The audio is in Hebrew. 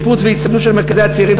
שיפוץ והצטיידות של מרכזי הצעירים,